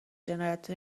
جنایت